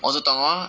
我只懂 orh